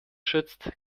schützt